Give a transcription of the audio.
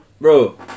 Bro